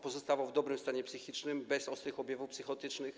Pozostawał w dobrym stanie psychicznym bez ostrych objawów psychotycznych.